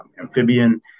amphibian